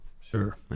Sure